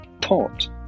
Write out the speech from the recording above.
taught